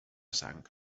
sang